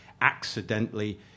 accidentally